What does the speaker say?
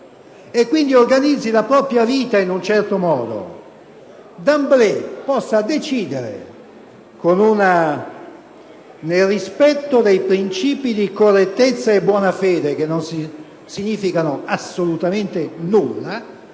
e di organizzare la propria vita in un certo modo, possa decidere all'improvviso, nel rispetto dei princìpi di correttezza e buona fede, che non significano assolutamente nulla,